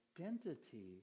identity